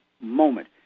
moment